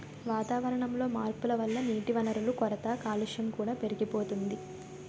వాతావరణంలో మార్పుల వల్ల నీటివనరుల కొరత, కాలుష్యం కూడా పెరిగిపోతోంది